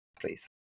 please